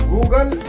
Google